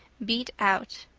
beat out.